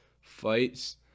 fights